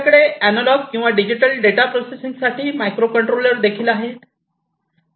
आपल्याकडे अनालॉग किंवा digital data प्रोसेसिंगसाठी मायक्रो कंट्रोलर देखील आहे